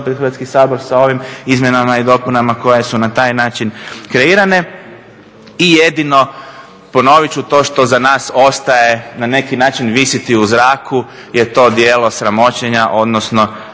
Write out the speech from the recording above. Hrvatski sabor sa ovim izmjenama i dopunama koje su na taj način kreirane. I jedino ponovit ću to što za nas ostaje na neki način visiti u zraku je to djelo sramoćenja odnosno